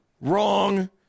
Wrong